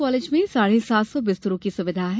college में साढ़े सात सौ बिस्तरों का अस्पताल है